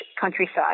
countryside